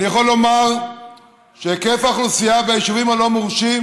אני יכול לומר שהיקף האוכלוסייה ביישובים הלא-מורשים,